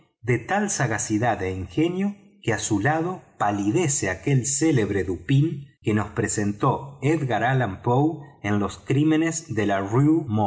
de tal sagacidad é ingenfl que su lado palidece aquel célebre m dupin que no presentó edgar poe en los crímenes de la